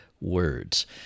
words